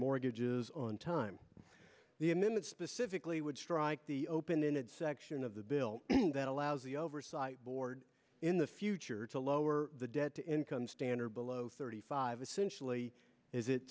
mortgages on time the admin that specifically would strike the open ended section of the bill that allows the oversight board in the future to lower the debt to income standard below thirty five essentially as it